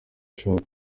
ashaka